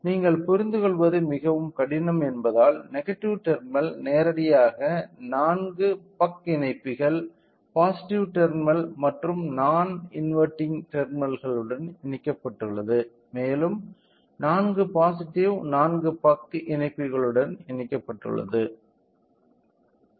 நீங்கள் புரிந்து கொள்வது மிகவும் கடினம் என்பதால் நெகடிவ் டெர்மினல் நேரடியாக 4 பக் இணைப்பிகள் பாசிட்டிவ் டெர்மினல் மற்றும் நான் இன்வெர்ட்டிங் டெர்மினல்களுடன் இணைக்கப்பட்டுள்ளது மேலும் 4 பாசிட்டிவ் 4 பக் இணைப்பிகளுடன் இணைக்கப்பட்டுள்ளது